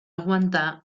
aguantar